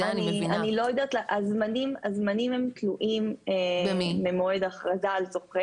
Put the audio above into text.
הזמנים תלויים במועד הכרזה על זוכה